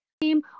Team